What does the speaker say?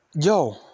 yo